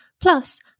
Plus